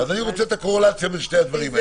אני רוצה את הקורלציה בין שני הדברים האלה.